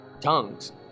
tongues